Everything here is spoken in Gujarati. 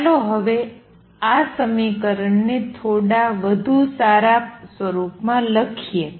ચાલો હવે આ સમીકરણને થોડા વધુ સારા સ્વરૂપમાં લખીએ